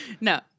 no